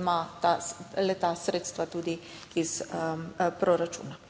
ima le-ta sredstva tudi iz proračuna.